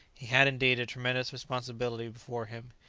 he had, indeed, a tremendous responsibility before him.